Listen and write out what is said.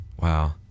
Wow